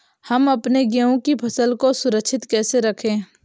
हम अपने गेहूँ की फसल को सुरक्षित कैसे रखें?